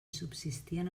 subsistien